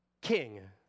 king